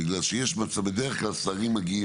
בגלל שיש מצב בדרך כלל שרים מגיעים